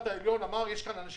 ותפגע בזכויות שלהם.